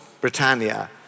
Britannia